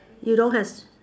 you don't has